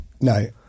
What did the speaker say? No